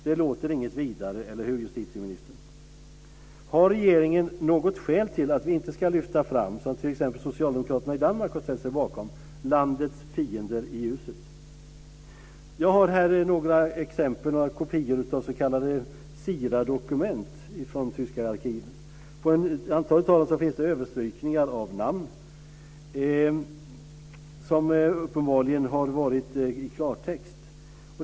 Det låter väl inget vidare, justitieministern? Har regeringen något skäl till att vi inte ska lyfta fram, som t.ex. socialdemokraterna i Danmark har ställt sig bakom, landets fiender i ljuset? Jag har här några kopior av s.k. SIRA-dokument från de tyska arkiven. På ett antal av dem finns det överstrykningar av namn, som uppenbarligen har stått i klartext.